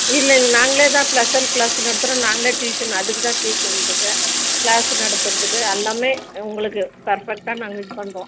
இல்லை நாங்களே தான் ஸ்பெஷல் க்ளாஸ் நடத்துகிறோம் நாங்களே டியூஷன் அதுக்குதான் டியூஷன்றது க்ளாஸ் நடத்துகிறதுக்கு எல்லாமே உங்களுக்கு பெர்ஃபெக்டாக நாங்கள் இது பண்ணுறோம்